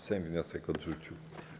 Sejm wniosek odrzucił.